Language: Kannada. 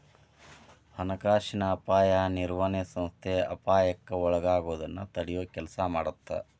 ಹಣಕಾಸಿನ ಅಪಾಯ ನಿರ್ವಹಣೆ ಸಂಸ್ಥೆ ಅಪಾಯಕ್ಕ ಒಳಗಾಗೋದನ್ನ ತಡಿಯೊ ಕೆಲ್ಸ ಮಾಡತ್ತ